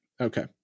okay